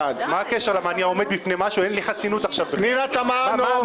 בעד פנינה תמנו,